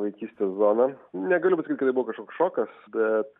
vaikystės zoną negaliu pasakyt kad tai buvo kažkoks šokas bet